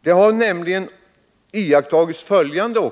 Man har nämligen också iakttagit följande.